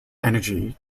energy